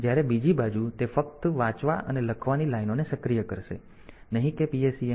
જ્યારે બીજી બાજુ તે ફક્ત વાંચવા અને લખવાની લાઇનોને સક્રિય કરશે નહીં કે PSEN લાઇનને